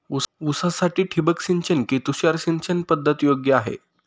ऊसासाठी ठिबक सिंचन कि तुषार सिंचन पद्धत योग्य आहे?